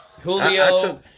Julio